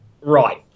Right